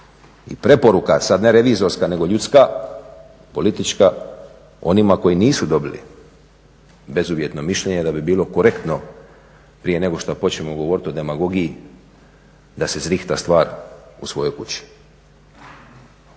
i preporuka, sad ne revizorska nego ljudska, politička, onima koji nisu dobili bezuvjetno mišljenje da bi bilo korektno prije nego što počnemo govoriti o demagogiji da se zrihta stvar u svojoj kući.